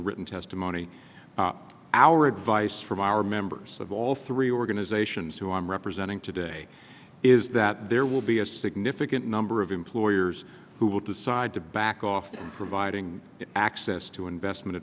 the written testimony our advice from our members of all three organizations who i'm representing today is that there will be a significant number of employers who will decide to back off providing access to investment